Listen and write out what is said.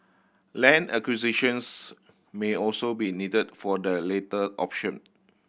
land acquisitions may also be needed for the latter option